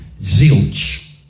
Zilch